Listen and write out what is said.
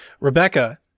Rebecca